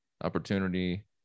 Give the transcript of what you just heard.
opportunity